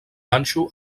ganxo